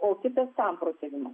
o kitas samprotavimas